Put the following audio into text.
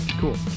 cool